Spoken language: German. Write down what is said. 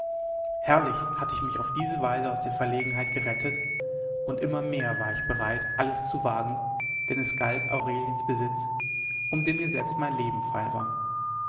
herrlich hatte ich mich auf diese weise aus der verlegenheit gerettet und immer mehr war ich bereit alles zu wagen denn es galt aureliens besitz um den mir selbst mein leben feil war